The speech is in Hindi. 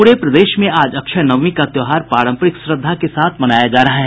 पूरे प्रदेश में आज अक्षय नवमी का त्योहार पारंपरिक श्रद्धा के साथ मनाया जा रहा है